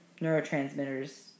neurotransmitters